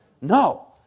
No